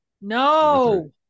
no